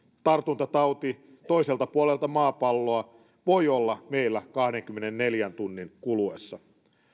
tartuntatauti toiselta puolelta maapalloa voi olla meillä kahdenkymmenenneljän tunnin kuluessa